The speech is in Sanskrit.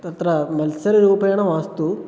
तत्र मल्सिल्रूपेण मास्तु